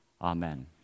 Amen